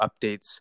updates